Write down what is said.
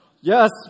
Yes